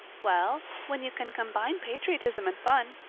well, when you can combine patriotism and fun,